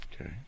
Okay